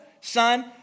Son